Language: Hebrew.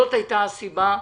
זאת הייתה הסיבה,